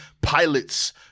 pilots